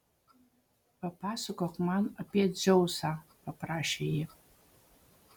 papasakok man apie dzeusą paprašė ji